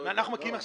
לא הבנתי.